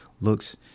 looks